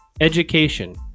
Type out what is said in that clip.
education